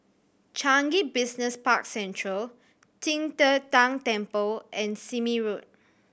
Changi Business Park Central Qing De Tang Temple and Sime Road